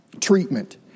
treatment